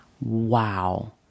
Wow